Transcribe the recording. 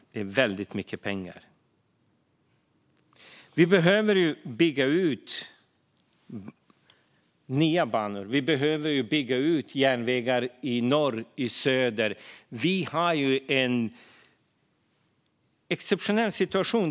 Det är väldigt mycket pengar. Vi behöver bygga ut nya banor. Vi behöver bygga ut järnvägar i norr och i söder. Vi har ju en exceptionell situation.